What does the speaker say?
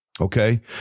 Okay